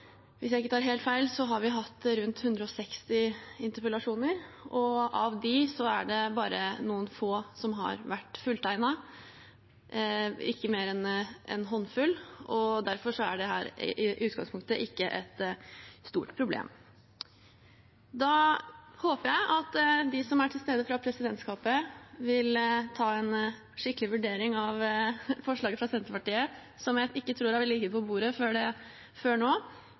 hvis jeg ikke tar helt feil, hatt rundt 160 interpellasjoner. Av dem er det bare noen få som har vært fulltegnet, ikke mer enn en håndfull. Derfor er dette i utgangspunktet ikke et stort problem. Jeg håper de som er til stede fra presidentskapet, vil ta en skikkelig vurdering av forslaget fra Senterpartiet – som jeg ikke tror har ligget på bordet før nå – før